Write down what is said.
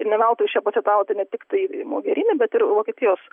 ir ne veltui čia pacitavote ne tiktai mogerinį bet ir vokietijos